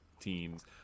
teams